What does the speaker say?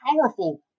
powerful